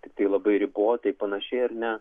tiktai labai ribotai panašiai ar ne